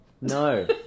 No